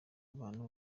abantu